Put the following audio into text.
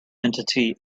entity